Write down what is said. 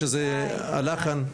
שזה עלה כאן?